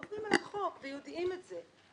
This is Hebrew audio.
עוברים על החוק ויודעים את זה.